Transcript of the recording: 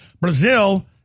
Brazil